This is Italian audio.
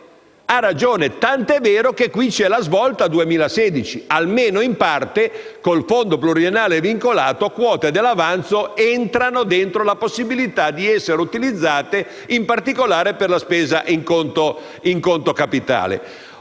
ha ragione, tant'è vero che su questo c'è la svolta 2016: almeno in parte, con il fondo pluriennale vincolato, quote dell'avanzo entrano nella possibilità di essere utilizzate, in particolare per la spesa in conto capitale.